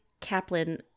Kaplan